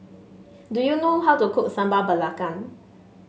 do you know how to cook Sambal Belacan